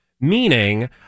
meaning